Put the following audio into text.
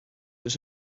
was